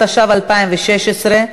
התשע"ו 2016,